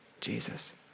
Jesus